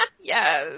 Yes